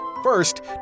First